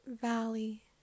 valley